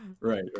right